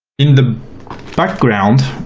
in the background,